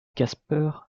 casper